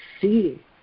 see